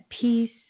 peace